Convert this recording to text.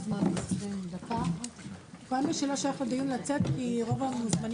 הישיבה ננעלה בשעה 11:15.